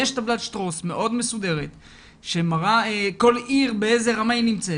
יש טבלת --- מאוד מסודרת שמראה כל עיר באיזו רמה נמצאת,